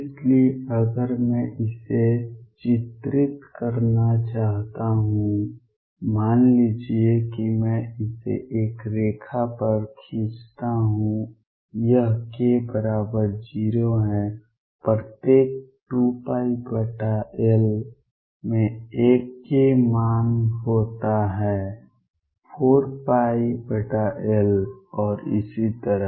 इसलिए अगर मैं इसे चित्रित करना चाहता हूं मान लीजिए कि मैं इसे एक रेखा पर खींचता हूं यह k0 है प्रत्येक 2πL में एक k मान होता है 4πL और इसी तरह